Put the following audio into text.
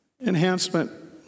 enhancement